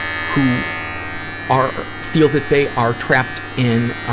who are, feel that they are trapped in, ah,